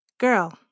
Girl